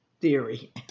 theory